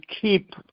keep